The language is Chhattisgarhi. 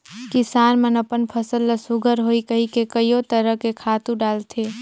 किसान मन अपन फसल ल सुग्घर होही कहिके कयो तरह के खातू डालथे